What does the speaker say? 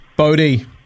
Bodie